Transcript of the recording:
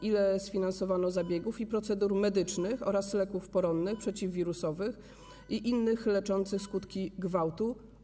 Ile sfinansowano zabiegów i procedur medycznych oraz leków poronnych, przeciwwirusowych i innych leczących skutki gwałtu?